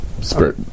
spirit